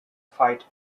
fight